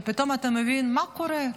ופתאום אתה מבין מה קורה,